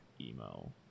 emo